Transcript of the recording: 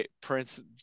Prince